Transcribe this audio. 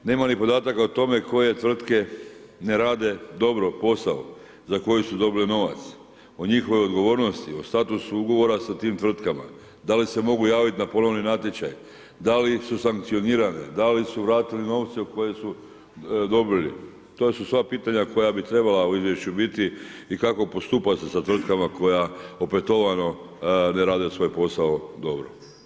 Nema ni podataka o tome koje tvrtke ne rade dobro posao za koje su dobili novac, o njihovoj odgovornosti, o statusu ugovora sa tim tvrtkama, da li se mogu javit na ponovni natječaj, da li su sankcionirane, da li su vratili novce koje su dobili, to su sva pitanja koja bi trebala u izvješću biti i kako postupati sa tvrtkama koja opetovano ne rade svoj posao dobro.